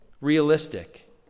realistic